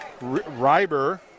Reiber